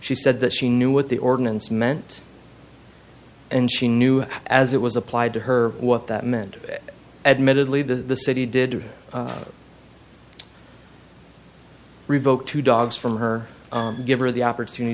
she said that she knew what the ordinance meant and she knew as it was applied to her what that meant admittedly the city did to revoke two dogs from her give her the opportunity